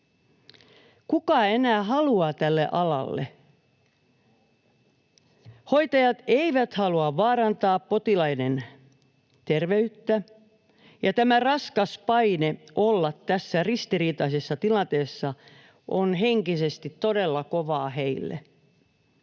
Kuka enää haluaa tälle alalle? Hoitajat eivät halua vaarantaa potilaiden terveyttä, ja tämä raskas paine olla tässä ristiriitaisessa tilanteessa on henkisesti todella kovaa heille.